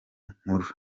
nkuru